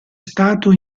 stato